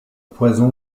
poison